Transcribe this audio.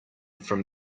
from